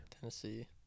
Tennessee